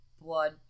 blood